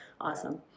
awesome